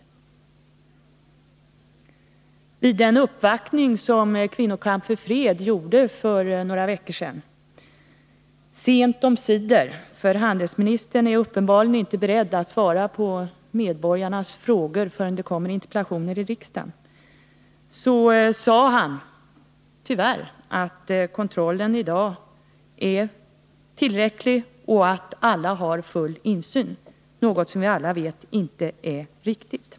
Vid den uppvaktning som Kvinnokamp för fred gjorde för några veckor sedan sade handelsministern sent omsider — handelsministern är uppenbarligen inte beredd att svara på medborgarnas frågor förrän de kommer i form av interpellationer i riksdagen — att kontrollen i dag är tillräcklig och att alla har full insyn, något som vi alla vet inte är riktigt.